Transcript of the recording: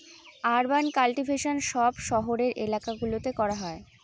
urban cultivation সব শহরের এলাকা গুলোতে করা হয়